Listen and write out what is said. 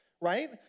right